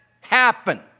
happen